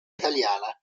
italiana